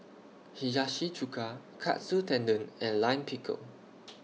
Hiyashi Chuka Katsu Tendon and Lime Pickle